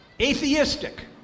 atheistic